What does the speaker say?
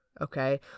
okay